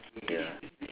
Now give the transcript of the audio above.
ya